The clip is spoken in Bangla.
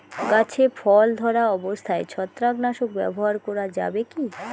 গাছে ফল ধরা অবস্থায় ছত্রাকনাশক ব্যবহার করা যাবে কী?